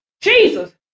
Jesus